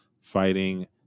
fighting